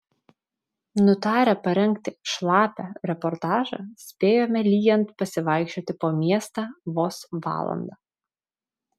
nutarę parengti šlapią reportažą spėjome lyjant pasivaikščioti po miestą vos valandą